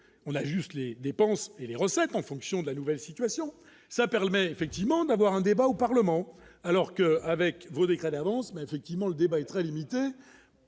on a juste les dépenses et les recettes en fonction de la nouvelle situation ça permet effectivement d'avoir un débat au Parlement, alors qu'avec vos décrets avance mais effectivement le débat est très limité,